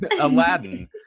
Aladdin